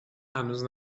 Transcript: هنوز